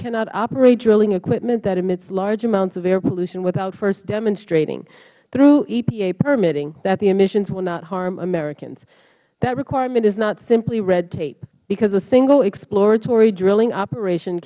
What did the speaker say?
cannot operate drilling equipment that emits large amounts of air pollution without first demonstrating through epa permitting that the emissions will not harm americans that requirement is not simply red tape because a similar exploratory drilling operation